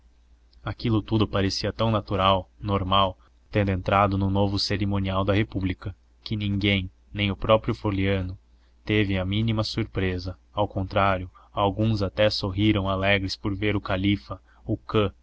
aquilo tudo parecia tão natural normal tendo entrado no novo cerimonial da república que ninguém nem o próprio floriano teve a mínima surpresa ao contrário alguns até sorriram alegres por ver o califa o cã